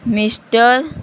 mister